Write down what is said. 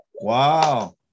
Wow